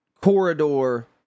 corridor